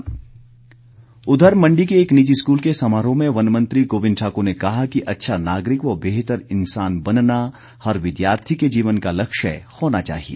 गोविंद ठाकुर उधर मण्डी के एक निजी स्कूल के समारोह में वनमंत्री गोविंद ठाक्र ने कहा कि अच्छा नागरिक व बेहतर इंसान बनना हर विद्यार्थी का जीवन का लक्ष्य होना चाहिए